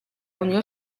unió